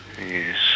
Yes